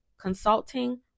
consulting